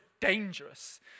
dangerous